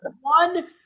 One